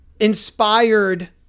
inspired